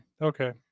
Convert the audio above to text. Okay